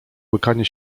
łykanie